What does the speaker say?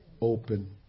open